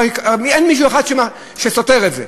אין אחד שסותר את זה,